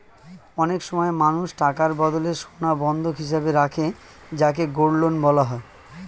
অনেক সময় মানুষ টাকার বদলে সোনা বন্ধক হিসেবে রাখে যাকে গোল্ড লোন বলা হয়